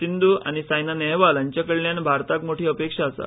सिंधु आनी सायना नेहवाल हांच्या कडल्यान भारताक मोठी अपेक्षा आसा